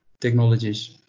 technologies